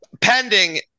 Pending